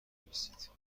بنویسید